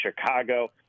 Chicago